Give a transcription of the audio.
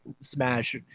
Smash